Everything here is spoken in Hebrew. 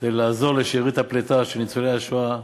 כדי לעזור לשארית הפליטה של ניצולי השואה,